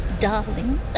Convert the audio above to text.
Darling